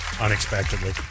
unexpectedly